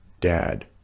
Dad